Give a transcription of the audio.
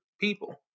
people